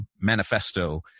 manifesto